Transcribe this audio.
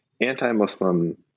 anti-Muslim